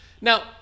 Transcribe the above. Now